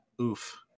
oof